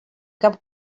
cap